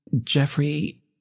Jeffrey